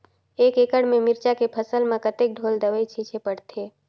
एक एकड़ के मिरचा के फसल म कतेक ढोल दवई छीचे पड़थे?